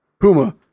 Puma